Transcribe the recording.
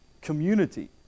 community